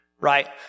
right